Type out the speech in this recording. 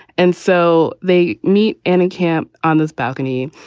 and so they meet and camp on this balcony.